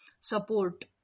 support